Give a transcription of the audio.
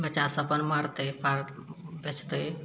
बच्चा सभ अपन मारतय बेचतय